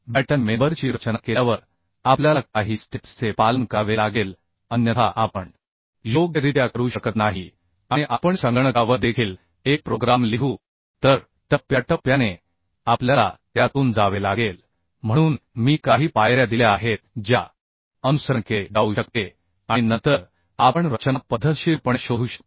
batten member ची रचना केल्यावर आपल्याला काही स्टेप्स चे पालन करावे लागेल अन्यथा आपण योग्यरित्या करू शकत नाही आणि आपण संगणकावर देखील एक प्रोग्राम लिहू तर टप्प्याटप्प्याने आपल्याला त्यातून जावे लागेल म्हणून मी काही पायऱ्या दिल्या आहेत ज्या अनुसरण केले जाऊ शकते आणि नंतर आपण रचना पद्धतशीरपणे शोधू शकतो